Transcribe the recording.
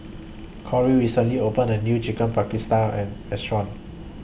Cori recently opened A New Chicken Paprikas Restaurant